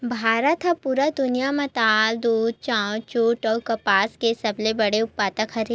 भारत हा पूरा दुनिया में दाल, दूध, चाउर, जुट अउ कपास के सबसे बड़े उत्पादक हरे